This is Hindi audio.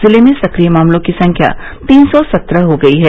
जिले में सक्रिय मामलों की संख्या तीन सौ सत्रह हो गयी है